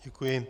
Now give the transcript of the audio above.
Děkuji.